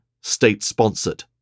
state-sponsored